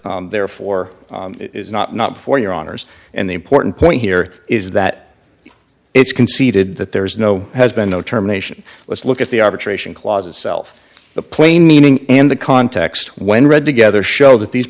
therefore it is not not for your honour's and the important point here is that it's conceded that there is no has been no term nation let's look at the arbitration clauses self the plain meaning and the context when read together show that these